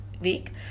week